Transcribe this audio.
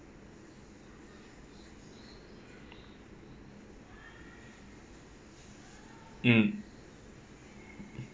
mm